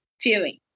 feeling